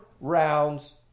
rounds